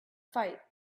fight